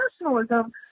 nationalism